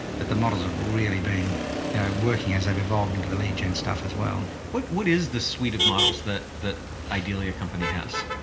but the models have really been working as i've evolved into the lead yeah and stuff as well. what what is the suite of models that, that ideally a company has?